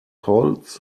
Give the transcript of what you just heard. holz